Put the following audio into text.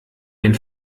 den